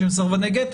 שהם סרבני גט,